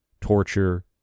torture